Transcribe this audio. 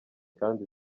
kandi